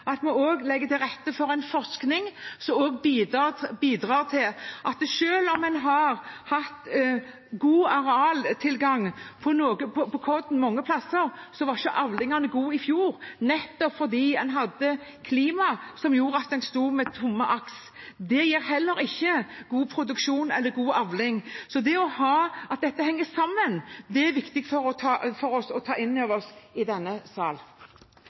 om man har hatt god tilgang på kornareal mange steder, var ikke avlingene gode i fjor, fordi klimaet gjorde at man sto med tomme aks. Det gir heller ikke god produksjon eller god avling. At dette henger sammen, er det viktig at vi i denne sal tar inn over oss. Eitt av dei mest interessante trekka med denne